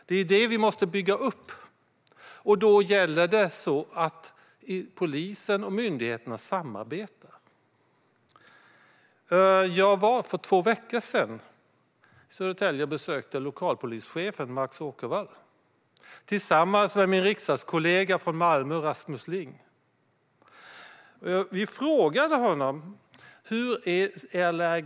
Det är det vi måste bygga upp igen, och då gäller det att polisen och myndigheterna samarbetar. Jag var i Södertälje för två veckor sedan och besökte lokalpolischefen Max Åkerwall tillsammans med min riksdagskollega från Malmö, Rasmus Ling. Vi frågade honom hur läget är nu.